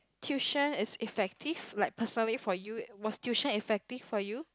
tuition is effective like personally for you was tuition effective for you